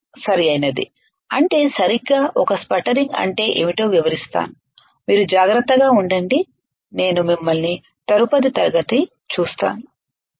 సరైనది అంటే సరిగ్గా ఒక స్పటరింగ్ అంటే ఏమిటో వివరిస్తాను మీరు జాగ్రత్తగా ఉండండి నేను మిమ్మల్ని తదుపరి తరగతి చూస్తాను బై